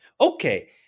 Okay